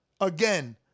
again